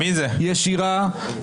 ישירה.